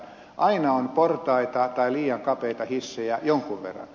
aina on portaita tai liian kapeita hissejä jonkun verran